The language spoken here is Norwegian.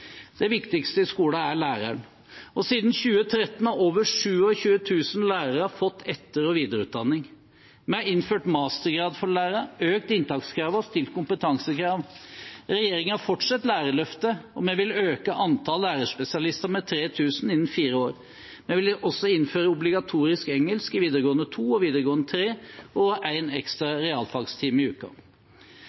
Det viktigste i skolen er læreren. Siden 2013 har over 27 000 lærere fått etter- og videreutdanning. Vi har innført mastergrad for lærere, økt inntakskravene og stilt kompetansekrav. Regjeringen fortsetter lærerløftet, og vi vil øke antallet lærerspesialister med 3 000 innen fire år. Vi vil også innføre obligatorisk engelsk i Vg2 og Vg3 og én ekstra realfagstime i